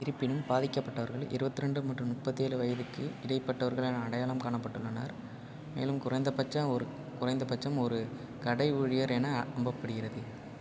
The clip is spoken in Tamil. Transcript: இருப்பினும் பாதிக்கப்பட்டவர்கள் இருபத்ரெண்டு மற்றும் முப்பத்தேழு வயதுக்கு இடைப்பட்டவர்கள் என அடையாளம் காணப்பட்டுள்ளனர் மேலும் குறைந்தபட்சம் ஒரு குறைந்தபட்சம் ஒரு கடை ஊழியர் என நம்பப்படுகிறது